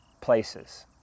places